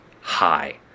high